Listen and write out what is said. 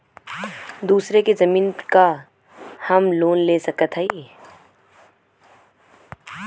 दूसरे के जमीन पर का हम लोन ले सकत हई?